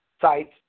sites